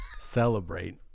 celebrate